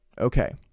okay